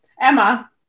Emma